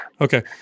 Okay